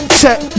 check